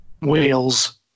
Wales